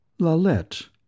Lalette